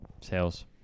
sales